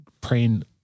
praying